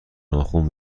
ناخن